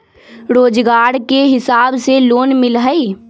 रोजगार के हिसाब से लोन मिलहई?